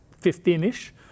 fifteen-ish